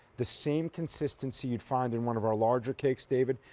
the same consistency you would find in one of our larger cakes, david,